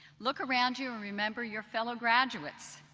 look around you and remember your fellow graduates.